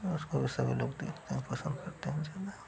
और उसको भी सभी लोग देखते हैं पसन्द करते हैं ज़्यादा